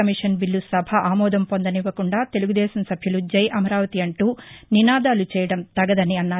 commission bill సభ ఆమోదం పొందనివ్వకుండా తెలుగుదేశం సభ్యులు జై ఆమరావతి అంటూ నినాదాలు చేయడం తగదని అన్నారు